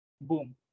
boom